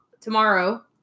tomorrow